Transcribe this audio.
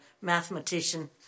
mathematician